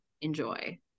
enjoy